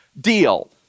deal